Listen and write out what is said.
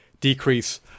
Decrease